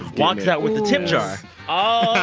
walks out with the tip jar all